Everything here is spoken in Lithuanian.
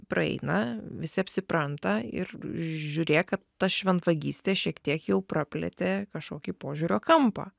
praeina visi apsipranta ir žiūrėk kad ta šventvagystė šiek tiek jau praplėtė kažkokį požiūrio kampą